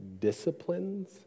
disciplines